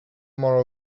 more